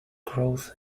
growth